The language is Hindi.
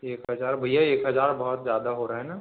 एक हज़ार भैया एक हज़ार बहुत ज़्यादा हो रहा है ना